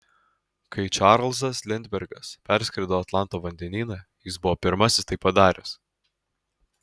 kai čarlzas lindbergas perskrido atlanto vandenyną jis buvo pirmasis tai padaręs